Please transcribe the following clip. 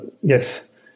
yes